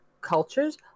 cultures